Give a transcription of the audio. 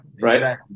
Right